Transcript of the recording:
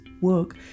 work